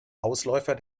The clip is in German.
ausläufer